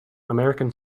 american